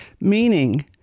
meaning